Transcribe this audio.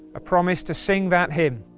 a promise to sing that hymn,